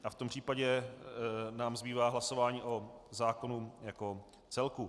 V tom případě nám zbývá hlasování o zákonu jako celku.